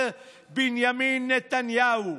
בנימין נתניהו.